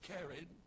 carried